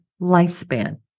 lifespan